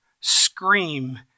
scream